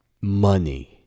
money